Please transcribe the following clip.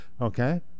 okay